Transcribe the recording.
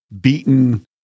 beaten